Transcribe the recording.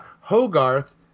Hogarth